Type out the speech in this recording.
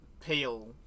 pale